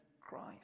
Christ